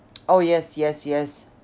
oh yes yes yes